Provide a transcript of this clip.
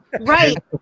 Right